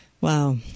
Wow